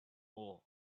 ore